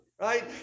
right